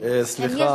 אם יש,